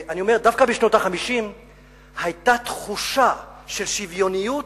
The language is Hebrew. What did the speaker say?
דווקא בשנות ה-50 היתה תחושה של שוויוניות,